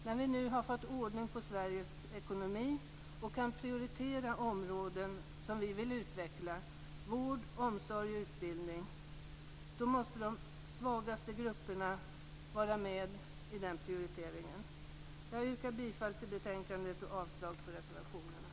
När vi nu har fått ordning på Sveriges ekonomi och kan prioritera de områden som vi vill utveckla, t.ex. vård, omsorg och utbildning, måste de svagaste grupperna vara med i den prioriteringen. Jag yrkar bifall till hemställan i betänkandet och avslag på reservationerna.